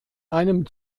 einem